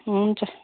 हुन्छ